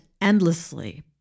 endlessly